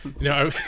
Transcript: no